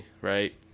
right